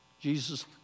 Jesus